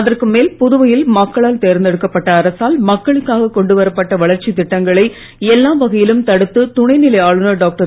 அதற்கும் மேல் புதுவையில் மக்களால் தேர்ந்தெடுக்கப்பட்ட அரசால் மக்களுக்காக கொண்டு வரப்பட்ட வளர்ச்சித் திட்டங்களை எல்லா வகையிலும் தடுத்து துணை நிலை ஆளுநர் டாக்டர்